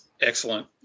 Excellent